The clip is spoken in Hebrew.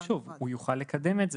הוא יוכל לקדם את זה,